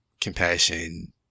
compassion